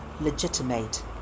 LEGITIMATE